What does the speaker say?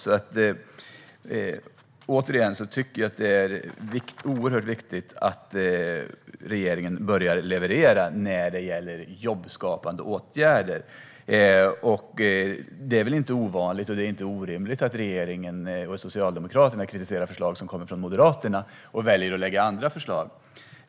Återigen tycker jag att det är oerhört viktigt att regeringen börjar leverera när det gäller jobbskapande åtgärder. Det är väl inte ovanligt - och det är inte orimligt - att regeringen och Socialdemokraterna kritiserar förslag som kommer från Moderaterna och väljer att lägga fram andra förslag.